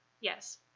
Yes